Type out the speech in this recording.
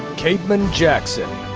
cadman jackson.